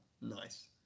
nice